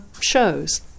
shows